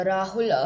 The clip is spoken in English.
Rahul